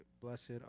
Blessed